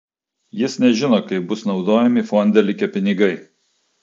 jis nežino kaip bus naudojami fonde likę pinigai